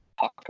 talk